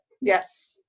Yes